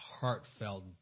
heartfelt